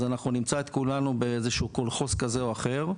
אז אנחנו נמצא את כולנו באיזשהו קולחוז כזה או אחר.